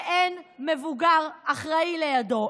ואין מבוגר אחראי לידו.